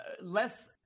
less